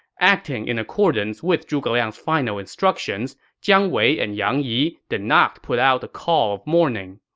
acting in accordance with zhuge liang's final instructions, jiang wei and yang yi did not put out the call of mourning.